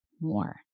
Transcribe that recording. more